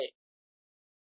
B0j B